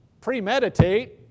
premeditate